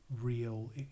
Real